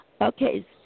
Okay